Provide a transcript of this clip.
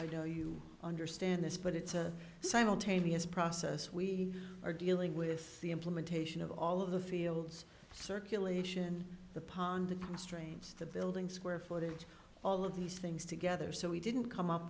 don't know you understand this but it's a simultaneous process we are dealing with the implementation of all of the fields circulation the pond the constraints the building square footage all of these things together so we didn't come up